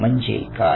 म्हणजे काय